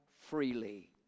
freely